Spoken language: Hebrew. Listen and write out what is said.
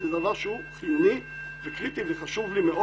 כי זה דבר חיוני וקריטי וחשוב לי מאוד